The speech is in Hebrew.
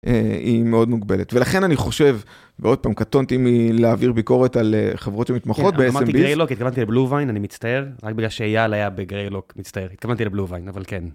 היא מאוד מוגבלת ולכן אני חושב... ועוד פעם קטונטי מלהעביר ביקורת על חברות שמתמחות בs&p אמרתי גרי לוק, התכוונתי לבלו ויין, אני מצטער, רק בגלל שאייל היה בגרי לוק, מצטער, התכוונתי לבלו ויין, אבל כן.